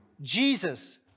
Jesus